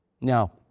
Now